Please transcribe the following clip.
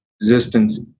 resistance